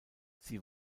sie